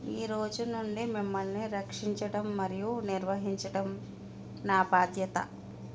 ఈరోజు నుండి మిమ్మల్ని రక్షించటం మరియు నిర్వహించటం నా బాధ్యత